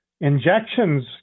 injections